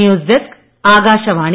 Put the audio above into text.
news desk Akashvani